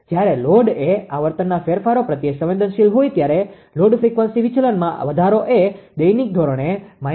જયારે લોડ એ આવર્તનના ફેરફારો પ્રત્યે સંવેદનશીલ હોય ત્યારે લોડ ફ્રીક્વન્સી વિચલનમાં વધારો એ દૈનિક ધોરણે 0